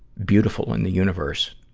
beautiful in the universe